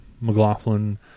McLaughlin